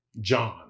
John